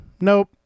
nope